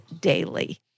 daily